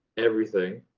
everything.